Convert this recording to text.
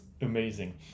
amazing